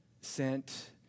sent